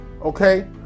Okay